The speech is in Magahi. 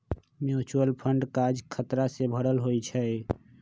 म्यूच्यूअल फंड काज़ खतरा से भरल होइ छइ